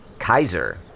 kaiser